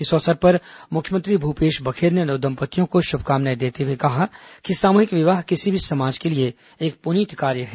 इस अवसर पर मुख्यमंत्री भूपेश बधेल ने नव दम्पत्तियों को शुभकामनाएं देते हुए कहा कि सामूहिक विवाह किसी भी समाज के लिए एक पुनीत कार्य है